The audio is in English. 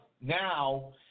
now